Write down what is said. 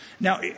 Now